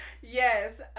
yes